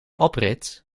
oprit